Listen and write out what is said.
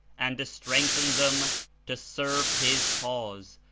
and to strengthen them to serve his cause,